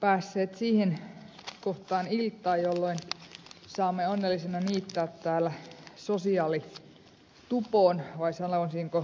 olemme päässeet siihen kohtaan iltaa jolloin saamme onnellisena niittää täällä sosiaalitupon tai sanoisinko sosiaalitöpön hedelmää